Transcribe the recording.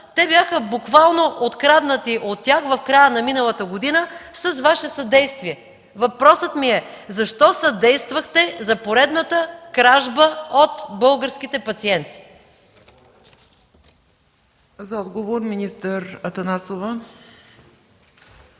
те бяха буквално откраднати от тях в края на миналата година с Ваше съдействие. Въпросът ми е: защо съдействахте за поредната кражба от българските пациенти? ПРЕДСЕДАТЕЛ ЦЕЦКА ЦАЧЕВА: За